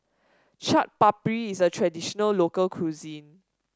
Chaat Papri is a traditional local cuisine